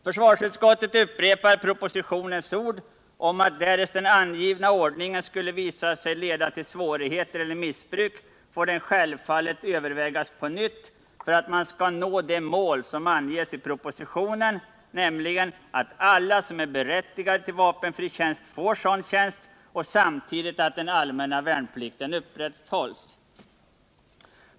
Försvarsutskottet upprepar propositionens ord om att därest den angivna ordningen skulle visa sig leda till svårigheter eller missbruk får den självfallet övervägas på nytt för att man skall nå det mål som anges i propositionen, nämligen att alla som är berättigade till vapenfri tjänst får sådan tjänst och att samtidigt den allmänna värnplikten upprätthålls.